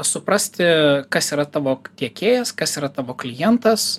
suprasti kas yra tavo tiekėjas kas yra tavo klientas